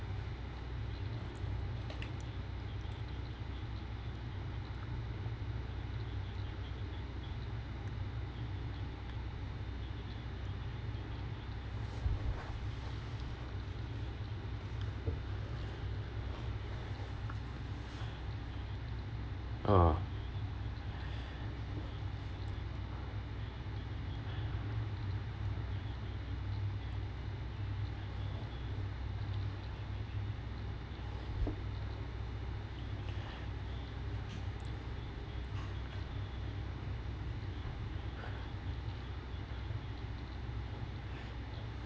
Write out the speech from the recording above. uh